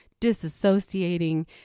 disassociating